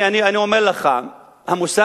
לאיזה